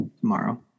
tomorrow